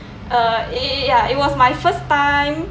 uh y~ ya it was my first time